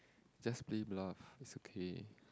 just plain laugh is okay